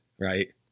right